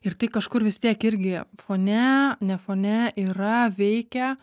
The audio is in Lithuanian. ir tai kažkur vis tiek irgi fone ne fone yra veikia